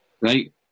right